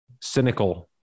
cynical